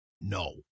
no